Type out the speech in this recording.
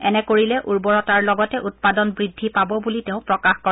এনে কৰিলে উৰ্বৰতাৰ লগতে উৎপাদন বৃদ্ধি পাব বুলি তেওঁ প্ৰকাশ কৰে